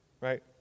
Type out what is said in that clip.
right